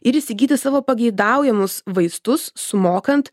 ir įsigyti savo pageidaujamus vaistus sumokant